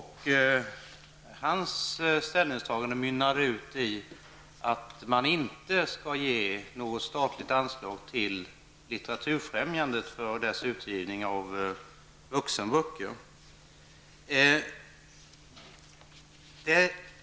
Hans ställningstagande mynnade ut i att man inte skulle ge något statligt anslag till Litteraturfrämjandet för dess utgivning av vuxenböcker.